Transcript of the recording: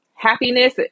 happiness